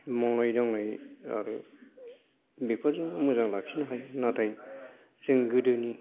मावनाय दांनाय आरो बेफोरजों मोजां लाखिनो हायो नाथाय जों गोदोनि